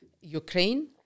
Ukraine